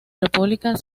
república